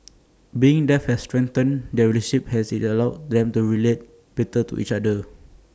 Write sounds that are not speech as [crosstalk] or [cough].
[noise] being deaf has strengthened their relationship as IT allowed [noise] them to relate better to each other